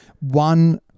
one